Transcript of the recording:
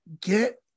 get